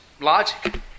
logic